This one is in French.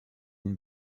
une